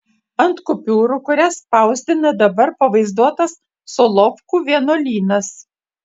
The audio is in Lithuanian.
ant kupiūrų kurias spausdina dabar pavaizduotas solovkų vienuolynas